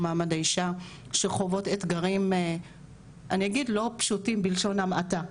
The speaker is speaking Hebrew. מעמד האישה שחוות אתגרים לא פשוטים בלשון המעטה,